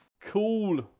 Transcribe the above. Cool